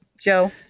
Joe